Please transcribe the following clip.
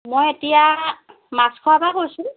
মই এতিয়া মাছখোৱাৰ পৰা কৈছোঁ